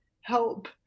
help